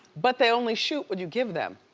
but they only shoot what you give them.